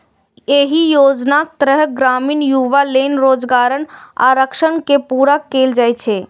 एहि योजनाक तहत ग्रामीण युवा केर रोजगारक आकांक्षा के पूरा कैल जेतै